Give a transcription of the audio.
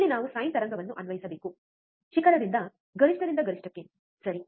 ಇಲ್ಲಿ ನಾವು ಸೈನ್ ತರಂಗವನ್ನು ಅನ್ವಯಿಸಬೇಕು ಶಿಖರದಿಂದ ಗರಿಷ್ಠದಿಂದ ಗರಿಷ್ಠಕ್ಕೆ ಸರಿ